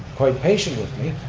quite patient with me,